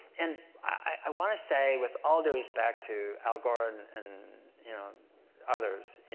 and i wanna say, with all due respect to al gore and and and you know others,